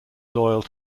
loyal